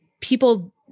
people